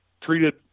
treated